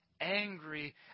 angry